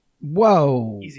Whoa